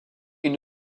une